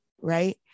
right